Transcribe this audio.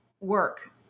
work